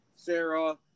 Sarah